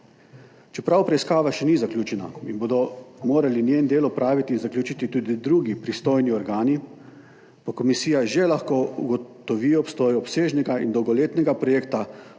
Čeprav preiskava še ni zaključena in bodo morali njen del opraviti in zaključiti tudi drugi pristojni organi, pa komisija že lahko ugotovi obstoj obsežnega in dolgoletnega projekta